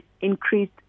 increased